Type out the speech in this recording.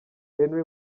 henry